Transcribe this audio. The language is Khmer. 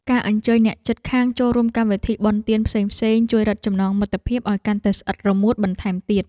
ការអញ្ជើញអ្នកជិតខាងចូលរួមកម្មវិធីបុណ្យទានផ្សេងៗជួយរឹតចំណងមិត្តភាពឱ្យកាន់តែស្អិតរមួតបន្ថែមទៀត។